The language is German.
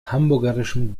hamburgischem